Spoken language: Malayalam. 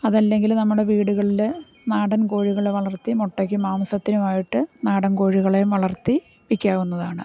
അതല്ലെങ്കിൽ നമ്മുടെ വീടുകളിൽ നാടൻ കോഴികളെ വളർത്തി മുട്ടക്കും മാംസത്തിനുമായിട്ട് വേണ്ടിയിട്ട് നാടൻ കോഴികളെയും വളർത്തി വിൽക്കാവുന്നതാണ്